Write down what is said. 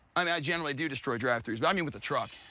and i generally do destroy drive throughs, but i mean with the truck.